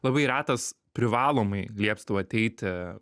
labai retas privalomai lieptų ateiti